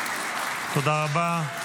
תודה רבה.